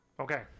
Okay